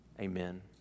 Amen